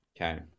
Okay